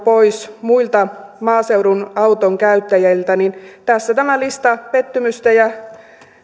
pois muilta maaseudun autonkäyttäjiltä tässä tämä lista pettymysten ja